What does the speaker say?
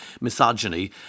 misogyny